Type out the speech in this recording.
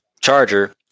charger